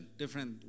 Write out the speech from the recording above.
different